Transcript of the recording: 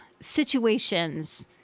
situations